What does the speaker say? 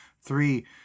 three